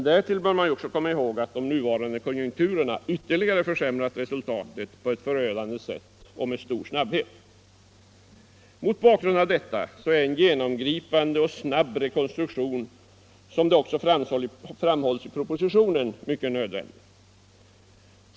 Därtill skall man komma ihåg att de nuvarande konjunkturerna ytterligare försämrat resultatet på ett förödande sätt och med stor snabbhet. Mot bakgrund av detta är en genomgripande och snabb rekonstruktion, vilket också framhålls i propositionen, mycket nödvändig.